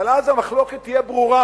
אבל אז המחלוקת תהיה ברורה,